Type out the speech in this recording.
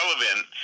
relevant